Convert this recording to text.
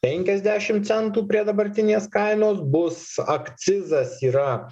penkiasdešim centų prie dabartinės kainos bus akcizas yra